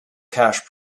cash